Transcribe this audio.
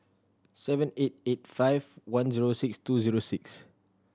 seven eight eight five one zero six two zero six